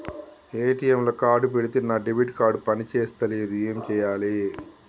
ATM లా card పెడితే నా డెబిట్ కార్డ్ పని చేస్తలేదు ఏం చేయాలే?